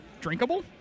drinkable